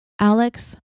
Alex